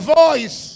voice